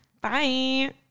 Bye